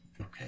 Okay